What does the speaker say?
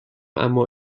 اما